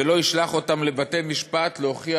ולא ישלח אותם לבתי-משפט להוכיח,